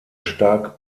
stark